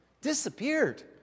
Disappeared